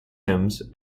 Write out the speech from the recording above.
hymns